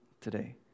today